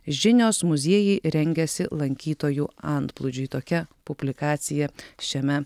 žinios muziejai rengiasi lankytojų antplūdžiui tokia publikacija šiame